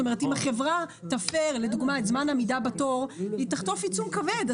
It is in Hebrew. כלומר אם החברה תפר את זמן העמידה בתור היא תשלם עיצום כבד.